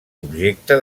objecte